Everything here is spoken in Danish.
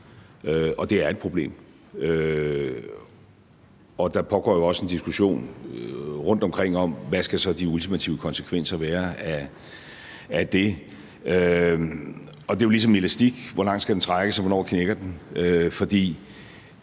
og det er et problem. Der pågår jo også en diskussion rundtomkring om, hvad de ultimative konsekvenser så skal være af det. Og det er jo ligesom en elastik: Hvor langt skal den trækkes, og hvornår knækker den?